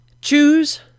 choose